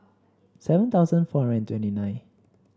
seven thousand four hundred twenty nine